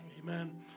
Amen